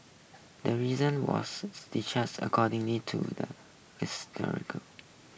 the reason was according to the